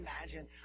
imagine